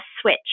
switch